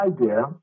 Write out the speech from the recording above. idea